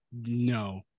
no